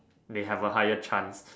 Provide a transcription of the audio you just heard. they have a higher chance